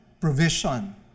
provision